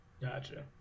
Gotcha